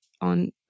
on